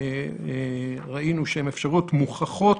ראינו שהן אפשרויות מוכחות